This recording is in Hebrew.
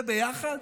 זה ביחד?